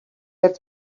lev